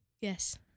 Yes